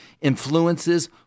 influences